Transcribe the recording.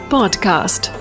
Podcast